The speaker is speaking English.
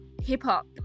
hip-hop